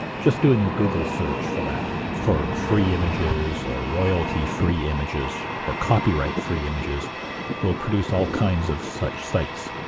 just doing a google search for that for free images or royalty-free images or copyright-free images will produce all kinds of such sites.